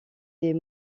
des